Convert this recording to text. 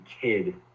kid